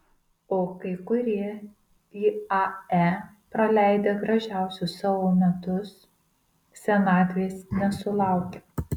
o kai kurie iae praleidę gražiausius savo metus senatvės nesulaukia